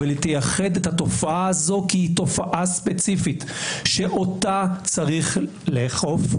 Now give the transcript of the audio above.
אבל היא תייחד את התופעה הזו כי היא תופעה ספציפית שאותה צריך לאכוף,